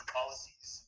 policies